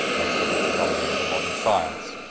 most of which is unknown to modern science.